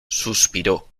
suspiró